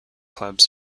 clubs